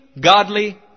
godly